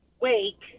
wake